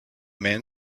man